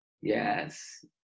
Yes